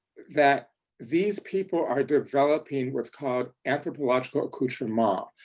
that these people are developing what's called anthropological accoutrements.